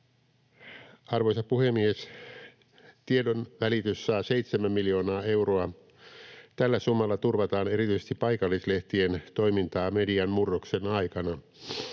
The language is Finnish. Arvoisa puhemies! Tiedonvälitys saa seitsemän miljoonaa euroa. Tällä summalla turvataan erityisesti paikallislehtien toimintaa median murroksen aikana.